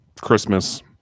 Christmas